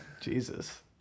Jesus